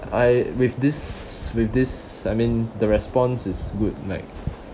I with this with this I mean the response is good like